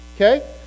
Okay